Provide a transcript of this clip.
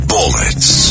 Bullets